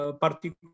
particular